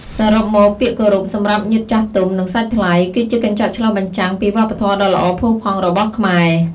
សរុបមក ពាក្យគោរពសម្រាប់ញាតិចាស់ទុំ និងសាច់ថ្លៃ គឺជាកញ្ចក់ឆ្លុះបញ្ចាំងពីវប្បធម៌ដ៏ល្អផូរផង់របស់ខ្មែរ។